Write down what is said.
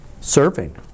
serving